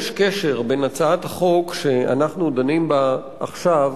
יש קשר בין הצעת החוק שאנחנו דנים בה עכשיו